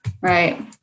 Right